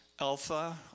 Alpha